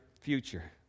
future